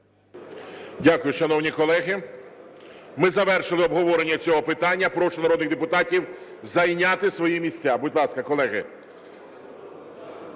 Дякую. Шановні колеги, ми завершили обговорення цього питання. Прошу народних депутатів зайняти свої місця. Будь ласка, колеги.